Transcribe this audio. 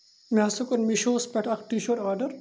مےٚ ہَسا کوٚر میٖشوس پٮ۪ٹھ اَکھ ٹی شٲٹ آرڈر